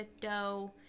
dough